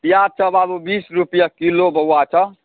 प्याज छऽ बाबू बीस रुपैए किलो बौआ सभ